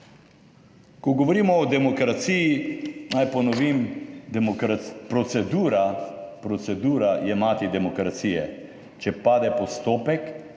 Ko govorimo o demokraciji, naj ponovim: procedura je mati demokracije. Če pade postopek,